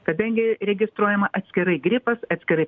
kadangi registruojama atskirai gripas atskirai